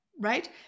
Right